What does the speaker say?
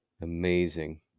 Amazing